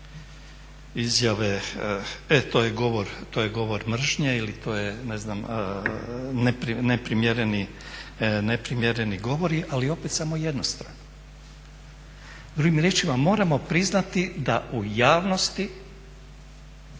izjave e to je govor mržnje ili to je neprimjereni govori, ali opet samo jednostrano. Drugim riječima, moramo priznati da u javnosti